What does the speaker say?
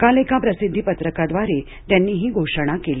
काल एका प्रसिद्धी पत्रकाद्वारे त्यांनी ही घोषणा केली